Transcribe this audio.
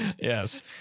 Yes